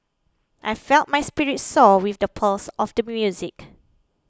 I felt my spirits soar with the pulse of the music